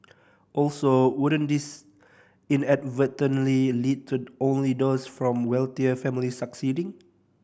also wouldn't this inadvertently lead to only those from wealthier families succeeding